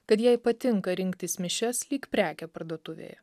kad jai patinka rinktis mišias lyg prekę parduotuvėje